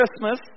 Christmas